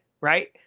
right